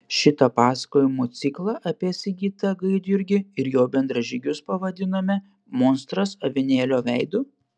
šitą pasakojimų ciklą apie sigitą gaidjurgį ir jo bendražygius pavadinome monstras avinėlio veidu